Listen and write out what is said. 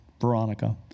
Veronica